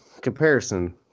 comparison